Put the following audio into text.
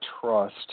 trust